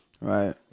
Right